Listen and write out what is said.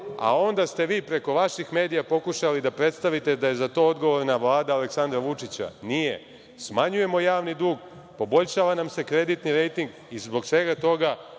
a onda ste vi preko vaših medija pokušali da predstavite da je za to odgovorna Vlada Aleksandra Vučića. Nije. Smanjujemo javni dug, poboljšava nam se kreditni rejting i zbog svega toga